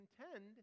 contend